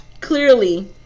clearly